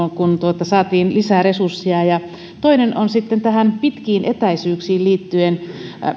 saatiin lisää resursseja ja toinen on sitten näihin pitkiin etäisyyksiin liittyvä